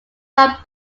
not